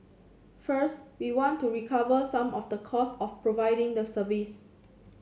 first we want to recover some of the cost of providing the service